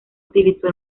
utiliza